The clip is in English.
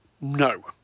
no